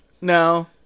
No